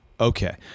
Okay